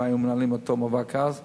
אם היו מנהלים אותו המאבק אז,